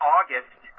August